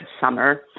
summer